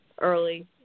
early